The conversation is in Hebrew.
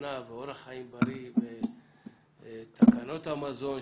נכונה ואורח חיים בריא ותקנות המזון.